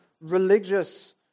religious